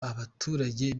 abaturage